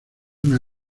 una